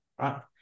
right